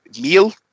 meal